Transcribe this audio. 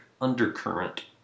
undercurrent